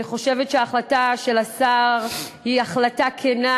אני חושבת שההחלטה של השר היא החלטה כנה,